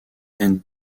and